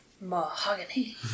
Mahogany